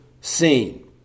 seen